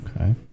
Okay